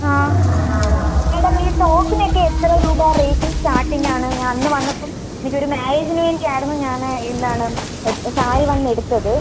ആ മാഡം ഈ ടോപ്പിനൊക്കെ എത്ര രൂപ റേറ്റ് സ്റ്റാർട്ടിംഗ് ആണ് ഞാൻ അന്ന് വന്നപ്പം എനിക്ക് ഒരു മാര്യേജിന് വേണ്ടി ആയിരുന്നു ഞാൻ എന്താണ് സാരി വന്ന് എടുത്തത്